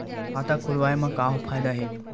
खाता खोलवाए मा का फायदा हे